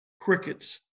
crickets